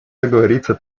договориться